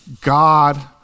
God